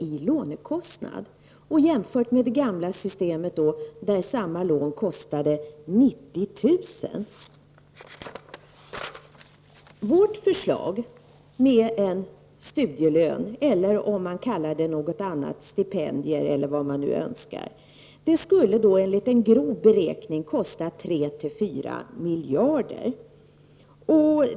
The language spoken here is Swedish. i lånekostnader, detta i jämförelse med det gamla systemet där samma lån kostade 90 000 kr. Vpk:s förslag med studielön — eller om man önskar kalla det något annat, t.ex. stipendier — skulle enligt en grov beräkning kosta 3-4 miljarder kronor.